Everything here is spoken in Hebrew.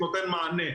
והוא נותן מענה.